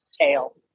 tail